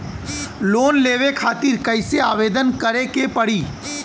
Loan लेवे खातिर कइसे आवेदन करें के पड़ी?